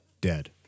Dead